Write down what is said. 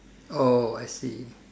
oh I see